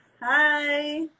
Hi